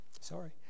Sorry